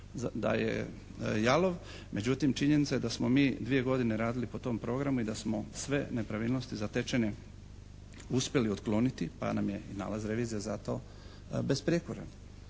da je jalov, međutim činjenica je da smo mi dvije godine radili po tom programu i da smo sve nepravilnosti zatečene uspjeli otkloniti pa nam je i nalaz revizije zato besprijekoran.